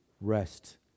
Rest